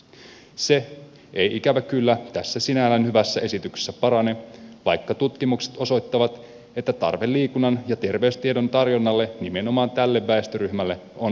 se ei ikävä kyllä tässä sinällään hyvässä esityksessä parane vaikka tutkimukset osoittavat että tarve liikunnan ja terveystiedon tarjonnalle nimenomaan tälle väestöryhmälle on ilmeinen